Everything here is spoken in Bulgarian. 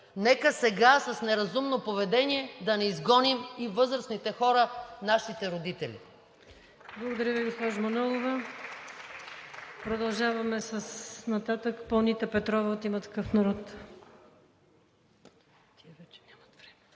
нека сега с неразумно поведение да не изгоним и възрастните хора, нашите родители!